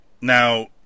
Now